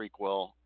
prequel